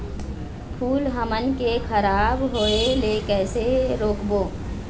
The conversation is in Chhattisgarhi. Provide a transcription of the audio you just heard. फूल हमन के खराब होए ले कैसे रोकबो?